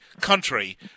country